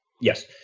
Yes